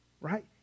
right